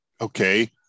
Okay